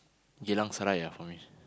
Geylang Serai for me